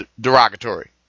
derogatory